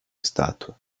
estátua